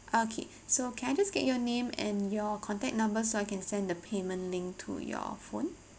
okay so I can just get your name and your contact number so I can send the payment link to your phone